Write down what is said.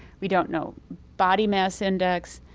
we don't know body mass index.